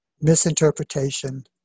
misinterpretation